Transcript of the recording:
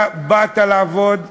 אתה באת לעבוד,